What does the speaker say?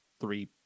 three